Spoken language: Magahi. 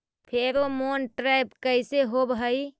फेरोमोन ट्रैप कैसे होब हई?